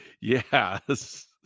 Yes